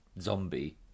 zombie